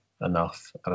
enough